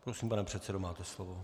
Prosím, pane předsedo, máte slovo.